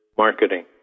marketing